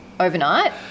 Overnight